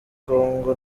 congo